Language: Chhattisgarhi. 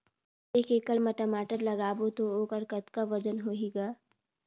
एक एकड़ म टमाटर लगाबो तो ओकर कतका वजन होही ग?